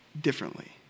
differently